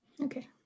Okay